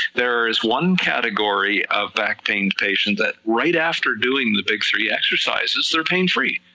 there's one category of back pain patient that right after doing the big three exercises they're pain free,